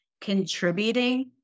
contributing